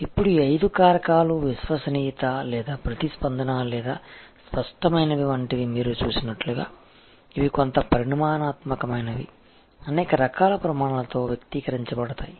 ఇప్పుడు ఈ ఐదు కారకాలు విశ్వసనీయత లేదా ప్రతిస్పందన లేదా స్పష్టమైనవి వంటివి మీరు చూసినట్లుగా ఇవి కొంత పరిమాణాత్మకమైనవి అనేక రకాల ప్రమాణాలలో వ్యక్తీకరించబడతాయి